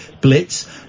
Blitz